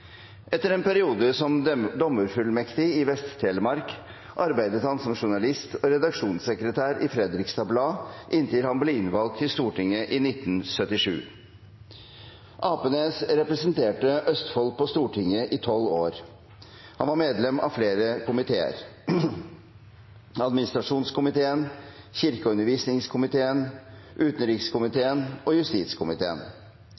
Etter en periode som dommerfullmektig i Vest-Telemark, arbeidet han som journalist og redaksjonssekretær i Fredriksstad Blad inntil han ble innvalgt til Stortinget i 1977. Apenes representerte Østfold på Stortinget i 12 år. Han var medlem av flere komiteer: administrasjonskomiteen, kirke- og undervisningskomiteen,